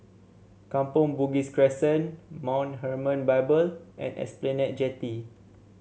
Kampong Bugis Crescent Mount Hermon Bible and Esplanade Jetty